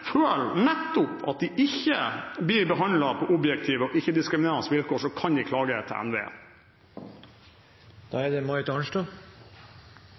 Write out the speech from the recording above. at de ikke blir behandlet på objektive og ikke-diskriminerende vilkår, kan de klage til NVE.